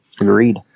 Agreed